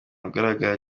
ugaragara